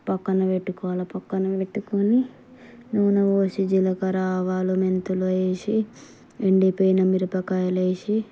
ప్రక్కన పెట్టుకోవాలి ప్రక్కన పెట్టుకొని నూనె పోసి జీలకర్ర ఆవాలు మెంతులు వేసి ఎండిపోయిన మిరపకాయలు వేసి